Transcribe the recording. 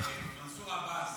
בממשלה עם מנסור עבאס